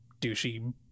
douchey